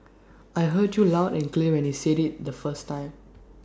I heard you loud and clear when you said IT the first time